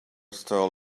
stole